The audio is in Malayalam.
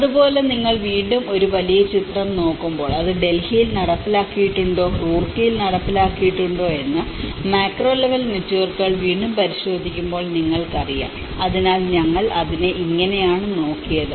അതുപോലെ നിങ്ങൾ വീണ്ടും ഒരു വലിയ ചിത്രം നോക്കുമ്പോൾ അത് ഡൽഹിയിൽ നടപ്പിലാക്കിയിട്ടുണ്ടോ റൂർക്കിയിൽ നടപ്പിലാക്കിയിട്ടുണ്ടോ എന്ന് മാക്രോ ലെവൽ നെറ്റ്വർക്കുകൾ വീണ്ടും പരിശോധിക്കുമ്പോൾ നിങ്ങൾക്കറിയാം അതിനാൽ ഞങ്ങൾ അതിനെ ഇങ്ങനെയാണ് നോക്കിയത്